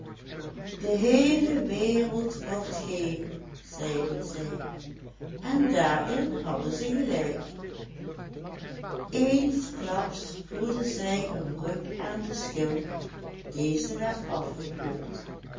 de heele wereld wordt geel zeiden zij en daarin hadden ze gelijk eensklaps voelden zij een ruk aan de schil deze werd